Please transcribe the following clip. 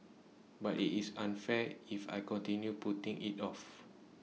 but IT is unfair if I continue putting IT off